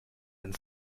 and